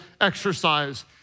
exercise